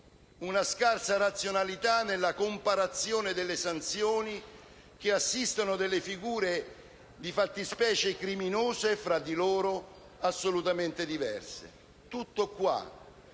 una scarsa razionalità nella comparazione delle sanzioni, che assistono delle figure di fattispecie criminose tra di loro assolutamente diverse. Tutto qua.